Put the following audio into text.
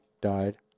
died